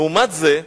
לעומת זה,